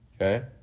Okay